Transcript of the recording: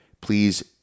Please